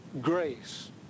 grace